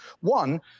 One